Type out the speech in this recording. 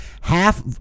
half